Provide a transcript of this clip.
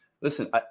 Listen